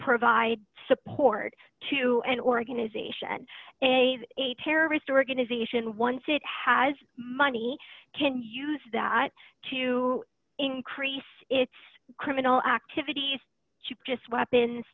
provide support to an organization a terrorist organization once it has money can use that to increase its criminal activities just weapons